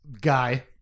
guy